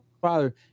father